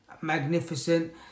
magnificent